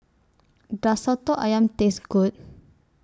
Does Soto Ayam Taste Good